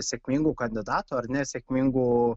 sėkmingų kandidatų ar ne sėkmingų